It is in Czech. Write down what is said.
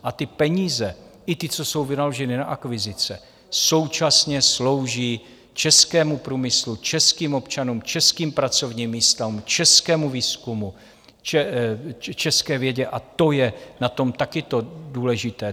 A ty peníze, i ty, co jsou vynaloženy na akvizice, současně slouží českému průmyslu, českým občanům, českým pracovním místům, českému výzkumu, české vědě, a to je na tom také to důležité.